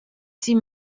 sie